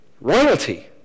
royalty